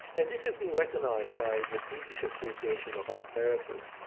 and this has been recognised by the british association of art therapists,